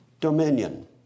dominion